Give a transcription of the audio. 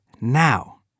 now